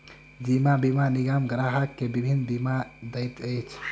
जीवन बीमा निगम ग्राहक के विभिन्न जीवन बीमा दैत अछि